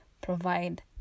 provide